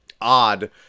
odd